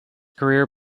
career